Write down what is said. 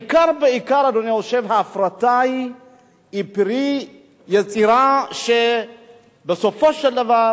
בעיקר, ההפרטה היא פרי יצירה שבסופו של דבר